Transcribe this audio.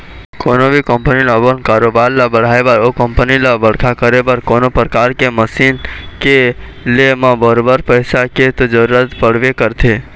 कोनो भी कंपनी ल अपन कारोबार ल बढ़ाय बर ओ कंपनी ल बड़का करे बर कोनो परकार के मसीन के ले म बरोबर पइसा के तो जरुरत पड़बे करथे